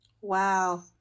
Wow